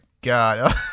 god